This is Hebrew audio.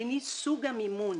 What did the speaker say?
2. סוג המימון